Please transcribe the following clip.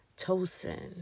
Tosin